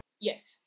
Yes